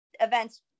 events